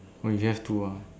oh you just do ah